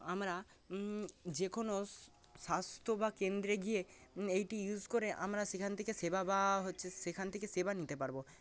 আমরা যেকোনো স্বাস্থ্য বা কেন্দ্রে গিয়ে এটি ইউস করে আমরা সেখান থেকে সেবা বা হচ্ছে সেখান থেকে সেবা নিতে পারব